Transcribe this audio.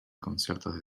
conciertos